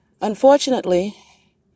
Unfortunately